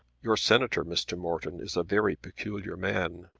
your senator, mr. morton, is a very peculiar man.